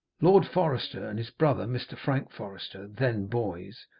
lord forester, and his brother, mr. frank forester, then boys,